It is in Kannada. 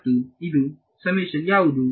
ಮತ್ತು ಇದು ಸಮೇಶನ್ ಯಾವುದು